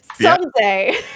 someday